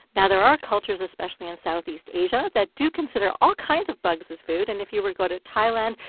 now, there are cultures, especially in southeast asia, that do consider all kinds of bugs as food. and if you were to go to thailand,